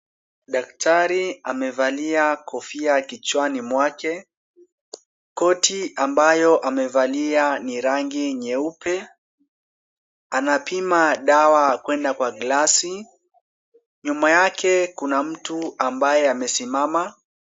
Daktari amevalia kofia kichwani mwake. Koti ambayo amevalia ni rangi nyeupe, anapima dawa kwenda kwa glasi. Nyuma yake kuna mtu ambaye amesimama.